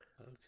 Okay